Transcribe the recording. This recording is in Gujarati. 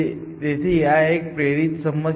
તેથી આ એક પ્રેરિત સમસ્યા છે